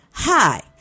Hi